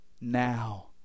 now